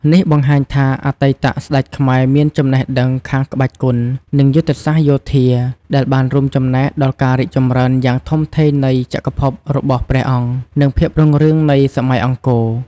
នេះបង្ហាញថាអតីតស្តេចខ្មែរមានចំណេះដឹងខាងក្បាច់គុន និងយុទ្ធសាស្ត្រយោធា ដែលបានរួមចំណែកដល់ការរីកចម្រើនយ៉ាងធំធេងនៃចក្រភពរបស់ព្រះអង្គ និងភាពរុងរឿងនៃសម័យអង្គរ។